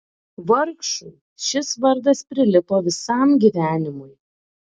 vargšui šis vardas prilipo visam gyvenimui